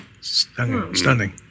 Stunning